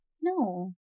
No